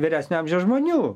vyresnio amžiaus žmonių